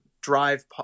Drive